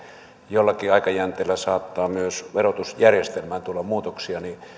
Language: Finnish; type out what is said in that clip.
jollakin aikajänteellä saattaa myös verotusjärjestelmään tulla muutoksia